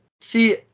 See